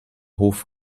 hof